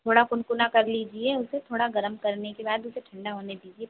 थोड़ा गुनगुना कर लीजिए उसे थोड़ा गर्म करने के बाद उसे ठंडा होने दीजिए